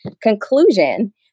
conclusion